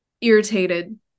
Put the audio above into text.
irritated